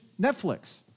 Netflix